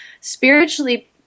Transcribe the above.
spiritually